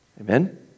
Amen